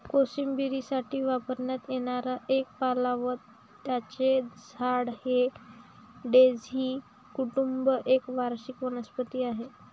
कोशिंबिरीसाठी वापरण्यात येणारा एक पाला व त्याचे झाड हे डेझी कुटुंब एक वार्षिक वनस्पती आहे